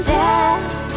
death